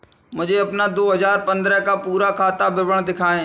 मुझे अपना दो हजार पन्द्रह का पूरा खाता विवरण दिखाएँ?